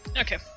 Okay